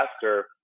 faster